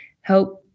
help